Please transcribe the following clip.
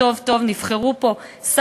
אבל יותר מכך,